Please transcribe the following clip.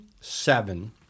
Seven